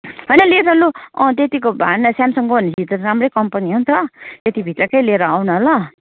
होइन ल्याएर लु अँ त्यतिको भए होइन साम्सङको भनेपछि त राम्रै कम्पनी हो नि त त्यतिभित्र चाहिँ लिएर आऊ न ल